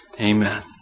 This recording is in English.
Amen